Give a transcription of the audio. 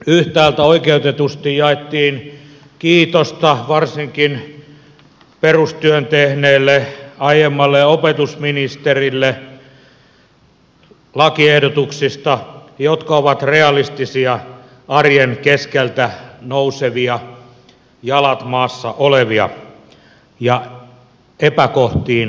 yhtäältä oikeutetusti jaettiin kiitosta varsinkin perustyön tehneelle aiemmalle opetusministerille lakiehdotuksista jotka ovat realistisia arjen keskeltä nousevia jalat maassa olevia ja epäkohtiin puuttuvia